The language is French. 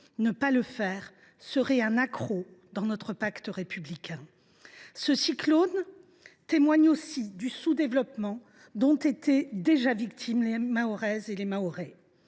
Ne pas le faire serait un accroc dans notre pacte républicain. Ce cyclone témoigne aussi du sous développement dont étaient déjà victimes les Mahoraises et les Mahorais.